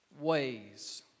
ways